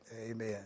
amen